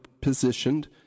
positioned